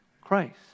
Christ